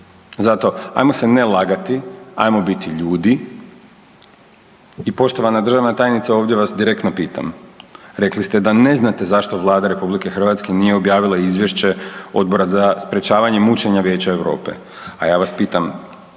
Zato ajmo se ne lagati, ajmo biti ljudi. I poštovana državna tajnice ovdje vas direktno pitam, rekli ste da ne znate zašto Vlada RH nije objavila izvješće Odbora za sprječavanje mučenja Vijeća Europe, a ja vas pitam